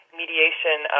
mediation